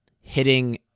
hitting